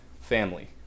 Family